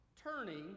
turning